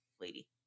lady